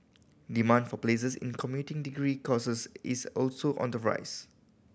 demand for places in commuting degree courses is also on the rise